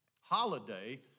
holiday